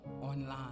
online